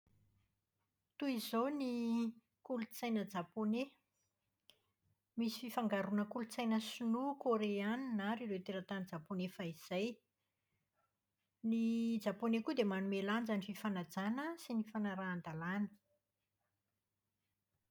Toy izao ny kolotsaina japoney. Misy fifangaroana kolotsaina sinoa, korena ary ireo teratany japoney fahizay. Ny japoney koa dia manome lanja ny fifanajana sy ny fanarahan-dalàna.